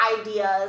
ideas